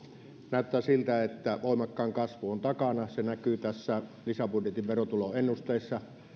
näyttää siltä että voimakkain kasvu on takana se näkyy tässä lisäbudjetin verotuloennusteessa